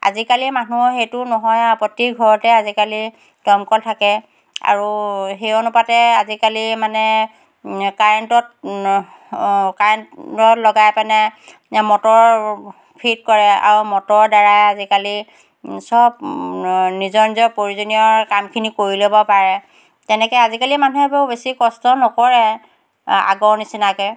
আজিকালি মানুহৰ সেইটো নহয় আৰু প্ৰতি ঘৰতে আজিকালি দমকল থাকে আৰু সেই অনুপাতে আজিকালি মানে কাৰেণ্টত কাৰেণ্টত লগাই পেনাই মটৰ ফিট কৰে আৰু মটৰৰ দ্বাৰাই আজিকালি চব নিজৰ নিজৰ প্ৰয়োজনীয় কামখিনি কৰি ল'ব পাৰে তেনেকৈ আজিকালি মানুহে বাৰু বেছি কষ্ট নকৰে আগৰ নিচিনাকৈ